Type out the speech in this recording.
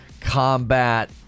combat